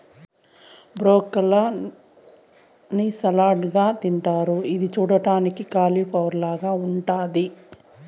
broccoli ని salad గా తింటారు ఇది చూడ్డానికి కాలిఫ్లవర్ లాగ ఉంటాది